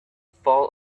fall